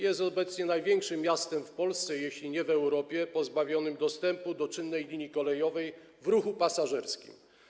Jest obecnie największym miastem w Polsce, jeśli nie w Europie, pozbawionym dostępu do czynnej linii kolejowej w ruchu pasażerskim.